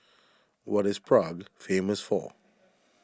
what is Prague famous for